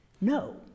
No